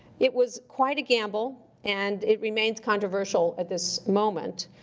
it was quite a gamble, and it remains controversial at this moment,